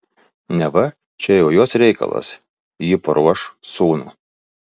neva čia jau jos reikalas ji paruoš sūnų